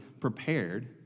prepared